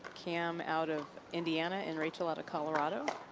cam out of indiana and rachel out of colorado.